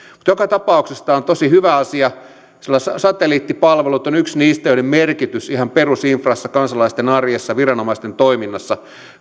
joka tapauksessa tämä on tosi hyvä asia sillä satelliittipalvelut on yksi niistä asioista joiden merkitys ihan perusinfrassa kansalaisten arjessa ja viranomaisten toiminnassa